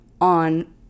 on